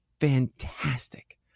fantastic